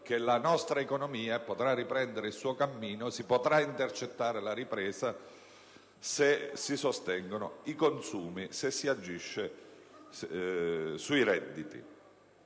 che la nostra economia potrà riprendere il suo cammino e si potrà intercettare la ripresa se si sostengono i consumi, se si agisce sui redditi.